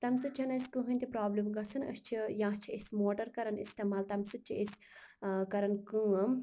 تَمہِ سۭتۍ چھَنہٕ اسہِ کٕہٲنۍ تہِ پرٛابلم گَژھان أسۍ چھِ یا چھِ أسۍ موٹر کران استعمال تَمہِ سۭتۍ چھِ أسۍ ٲں کَران کٲم